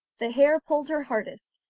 the hare pulled her hardest,